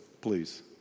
please